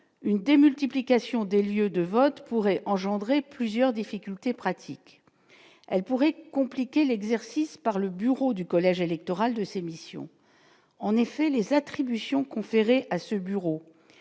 une démultiplication des lieux de vote pourrait engendrer plusieurs difficultés pratiques, elle pourrait compliquer l'exercice par le bureau du collège électoral de ses missions en effet les attributions conférées à ce bureau